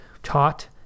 taught